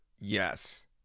yes